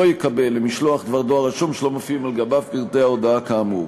לא יקבל למשלוח דבר דואר רשום שלא מופיעים על-גביו פרטי ההודעה כאמור.